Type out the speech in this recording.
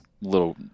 little